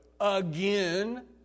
again